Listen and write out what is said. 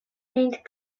paint